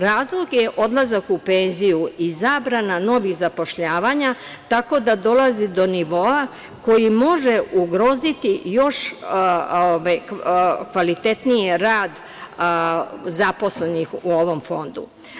Razlog je odlazak u penziju i zabrana novih zapošljavanja tako da dolazi do nivoa koji može ugroziti još kvalitetniji rad zaposlenih u ovom fondu.